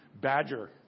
Badger